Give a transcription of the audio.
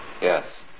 Yes